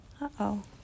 Uh-oh